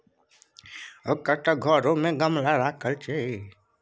ओकर त घरो मे गमला राखल रहय छै